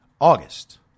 August